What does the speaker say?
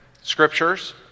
Scriptures